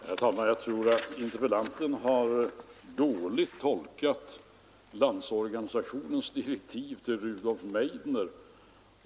Herr talman! Jag tror att interpellanten dåligt tolkar Landsorganisationens direktiv till Rudolf Meidner.